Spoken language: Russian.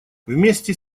вместе